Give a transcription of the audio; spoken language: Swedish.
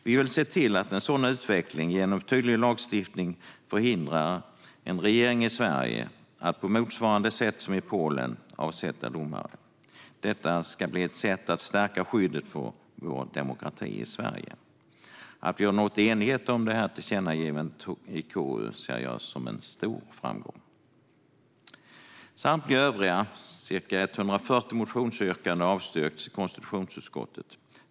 Vi vill se till att en sådan utveckling undviks genom en tydlig lagstiftning som förhindrar en regering i Sverige att på motsvarande sätt som i Polen avsätta domare. Detta ska bli ett sätt att stärka skyddet för vår demokrati i Sverige. Att vi nått enighet om det tillkännagivandet i KU ser jag som en stor framgång. Samtliga övriga ca 140 motionsyrkanden har avstyrkts i konstitutionsutskottet.